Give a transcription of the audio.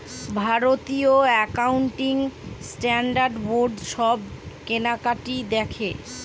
ভারতীয় accounting standard board সব কেনাকাটি দেখে